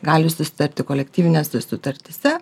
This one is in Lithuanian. gali susitarti kolektyvinėse sutartyse